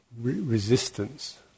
resistance